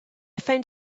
found